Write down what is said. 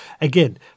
Again